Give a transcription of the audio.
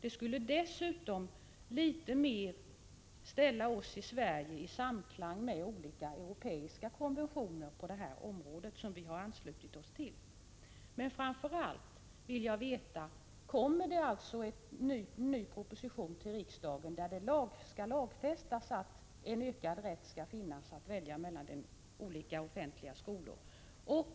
Det skulle dessutom ställa oss i Sverige litet mer i samklang med olika europeiska konventioner på detta område som vi har anslutit oss till. Framför allt vill jag veta: Kommer det alltså en ny proposition till riksdagen för att lagfästa en ökad rätt att välja olika offentliga skolor?